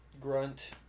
Grunt